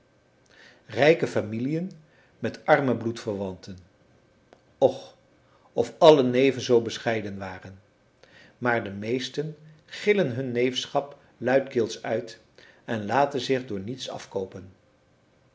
rijke familiën met arme bloedverwanten och of alle neven zoo bescheiden waren maar de meesten gillen hun neefschap luidkeels uit en laten zich door niets afkoopen